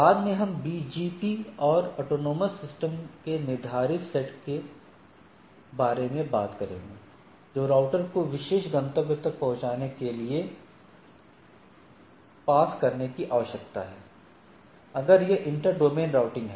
बाद में हम बीजीपी और ऑटोनॉमस सिस्टम के निर्धारित सेट के बारे में बात करेंगे जो राउटर को विशेष गंतव्य तक पहुंचने के लिए पास करने की आवश्यकता है अगर यह इंटर डोमेन राउटिंग है